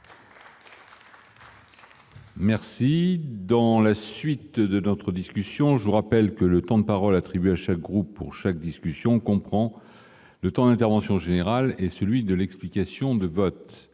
de ces crédits. Mes chers collègues, je vous rappelle que le temps de parole attribué à chaque groupe pour chaque unité de discussion comprend le temps d'intervention générale et celui de l'explication de vote.